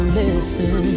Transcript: listen